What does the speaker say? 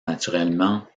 naturellement